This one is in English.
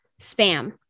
spam